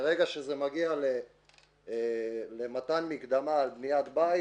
ברגע שזה מגיע למתן מקדמה על בניית בית,